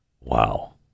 Wow